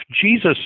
Jesus